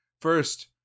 First